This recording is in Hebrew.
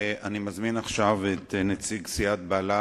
אני מזמין עכשיו את נציג סיעת בל"ד,